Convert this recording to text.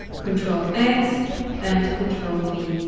control x and control v,